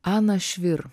ana švi